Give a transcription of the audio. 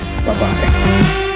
Bye-bye